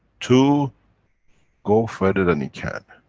to go further than it can.